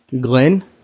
Glen